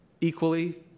equally